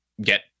get